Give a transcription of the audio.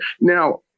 now